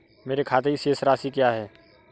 मेरे खाते की शेष राशि क्या है?